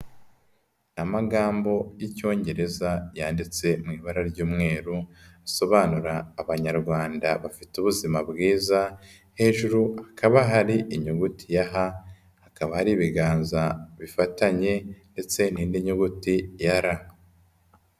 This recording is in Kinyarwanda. Amagambo y'Icyongereza yanditse mu ibara ry'umweru, asobanura abanyarwanda bafite ubuzima bwiza, hejuru hakaba hari inyuguti ya h, hakaba hari ibiganza bifatanye ndetse n'indi nyuguti ya r.